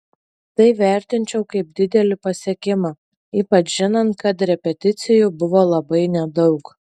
tai vertinčiau kaip didelį pasiekimą ypač žinant kad repeticijų buvo labai nedaug